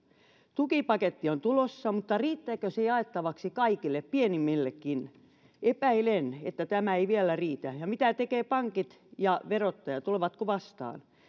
tukipaketti on tulossa mutta riittääkö se jaettavaksi kaikille pienimmillekin epäilen että tämä ei vielä riitä ja ja mitä tekevät pankit ja verottaja tulevatko vastaan